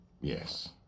yes